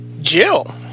Jill